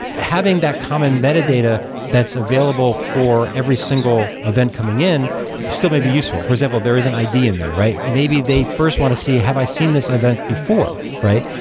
having that common metadata that's available for every single event coming in still may be useful for example, there is an id in there, right? maybe they first want to see have i seen this event event before, right?